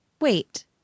Wait